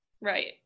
Right